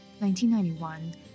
1991